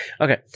okay